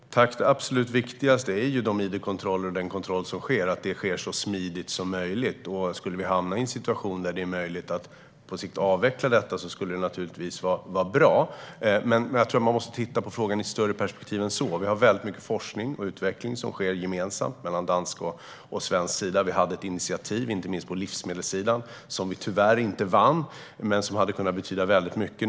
Herr talman! Det absolut viktigaste är att de kontroller som sker går så smidigt som möjligt. Skulle vi hamna i en situation där det är möjligt att på sikt avveckla dem skulle det naturligtvis vara bra, men jag tror att man måste se frågan i ett större perspektiv än så. Det är väldigt mycket forskning och utveckling som sker gemensamt mellan Sverige och Danmark. Vi hade ett initiativ på livsmedelssidan, där vi tyvärr inte vann, som hade kunnat betyda mycket.